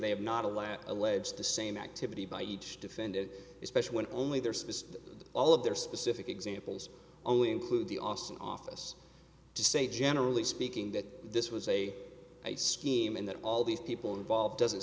they have not a land alleged the same activity by each defendant especially when only their service all of their specific examples only include the austin office to say generally speaking that this was a scheme and that all these people involved doesn't